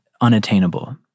unattainable